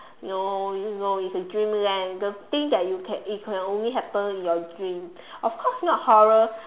you know you know it's a dreamland the thing that you can it can only happen in your dream of course not horror